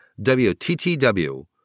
WTTW